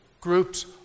groups